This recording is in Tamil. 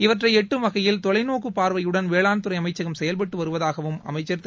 இவற்றை எட்டும் வகையில் தொலைநோக்குப் பார்வையுடன் வேளாண்துறை அமைச்சகம் செயல்பட்டு வருவதாகவும் அமைச்சர் திரு